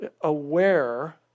aware